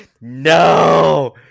No